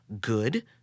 good